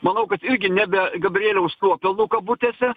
manau kad irgi nebe gabrieliaus nuopelnų kabutėse